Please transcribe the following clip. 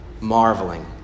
marveling